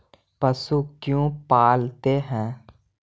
पशु क्यों पालते हैं?